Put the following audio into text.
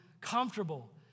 comfortable